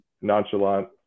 nonchalant